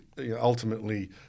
ultimately